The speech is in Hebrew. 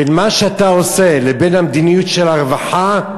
בין מה שאתה עושה לבין המדיניות של הרווחה,